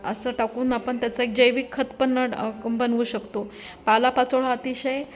असं टाकून आपण त्याचा एक जैविक खत पण बनवू शकतो पालापाचोळा अतिशय